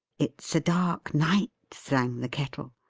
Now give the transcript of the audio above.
it's a dark night, sang the kettle,